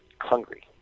hungry